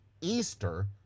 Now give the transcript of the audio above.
Easter